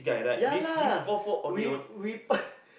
ya lah we we